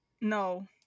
no